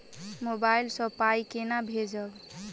Mobile सँ पाई केना भेजब?